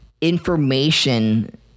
information